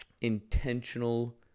intentional